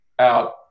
out